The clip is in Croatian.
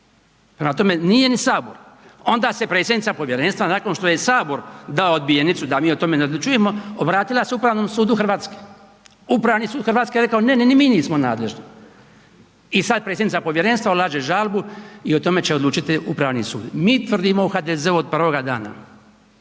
tome nije ni Sabor. Onda se predsjednica povjerenstva nakon što je Sabor dao odbijenicu da mi o tome ne odlučujemo obratila se Upravnom sudu Hrvatske. Upravni sud Hrvatske rekao ne, ne ni mi nismo nadležni i sada predsjednica povjerenstva ulaže žalbu i o tome će odlučiti Upravni sud. Mi tvrdimo u HDZ-u od prvoga dana,